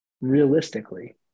realistically